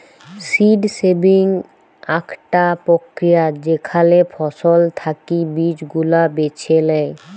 seed saving আকটা প্রক্রিয়া যেখালে ফসল থাকি বীজ গুলা বেছে লেয়